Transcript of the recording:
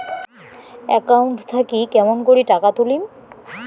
Account থাকি কেমন করি টাকা তুলিম?